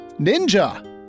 Ninja